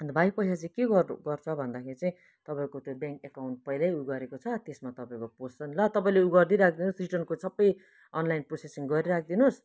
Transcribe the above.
अन्त भाई पैसा चाहिँ के गर् गर्छ भन्दाखेरि चाहिँ तपाईँको त्यो ब्याङ्क अकाउन्ट पहिल्यै ऊ गरेको छ त्यसमा तपाईँको पस्छ नि ल तपाईँले उ गरिदिइ राखिदिनुहोस् रिटर्नको सबै अनलाइन प्रोसेसिङ गरिराखि दिनुहोस्